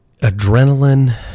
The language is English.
adrenaline